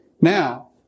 Now